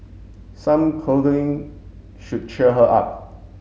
some cuddling should cheer her up